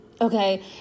okay